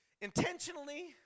intentionally